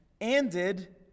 ended